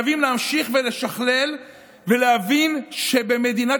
חייבים להמשיך ולשכלל ולהבין שבמדינת